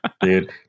Dude